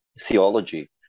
theology